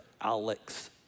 Alex